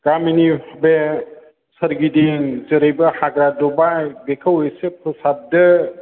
गामिनि बे सोरगिदिं जेरैबो हाग्रा दुबाय बेखौ एसे फोसाबदो